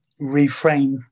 reframe